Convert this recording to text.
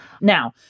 Now